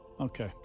Okay